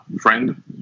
friend